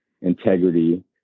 Integrity